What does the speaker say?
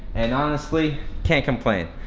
and honestly, can't complain.